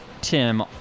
Tim